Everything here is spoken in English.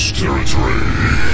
territory